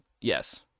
yes